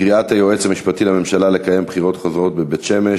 קריאת היועץ המשפטי לממשלה לקיים בחירות חוזרות בבית-שמש.